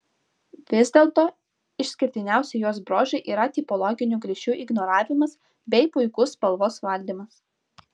vis dėlto išskirtiniausi jos bruožai yra tipologinių klišių ignoravimas bei puikus spalvos valdymas